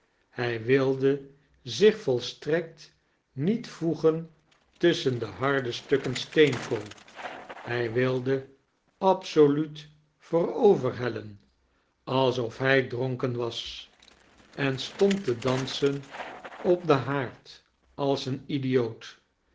hij wilde zich volstrekt niet voegen tusschen de harde stukken steenkool hij wilde absoluut voorover hellen alsof hij dronken was en stond te dansen op den haard als een idioot